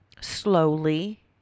slowly